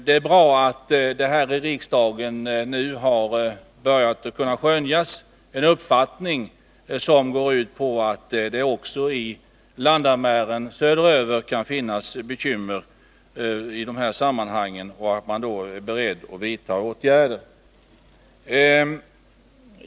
Det är bra att man här i riksdagen nu kan börja skönja att det finns en uppfattning, som går ut på att det också i landamären söderöver kan finnas bekymmer i de här sammanhangen — och att man är beredd att vidta åtgärder.